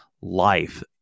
life